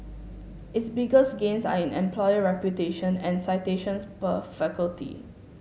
its biggest gains are in employer reputation and citations per faculty